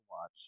watch